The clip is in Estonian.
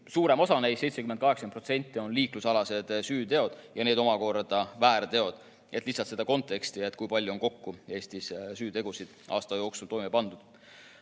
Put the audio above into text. Suurem osa neist, 78% on liiklusalased süüteod ja need omakorda väärteod. Lihtsalt et anda seda konteksti, kui palju on kokku Eestis süütegusid aasta jooksul toime pandud.